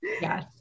yes